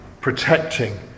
protecting